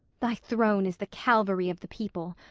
thy throne is the calvary of the people,